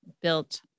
built